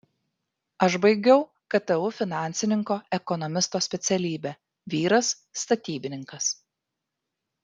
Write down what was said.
aš baigiau ktu finansininko ekonomisto specialybę vyras statybininkas